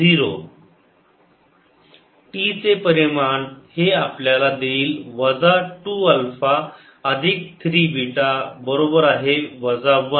α 3β2γδ 40 T चे परिमाण हे आपल्याला देईल वजा 2 अल्फा अधिक 3 बीटा बरोबर आहे वजा 1